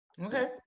Okay